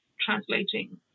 translating